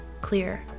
clear